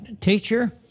teacher